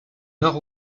nord